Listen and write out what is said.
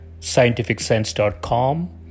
scientificsense.com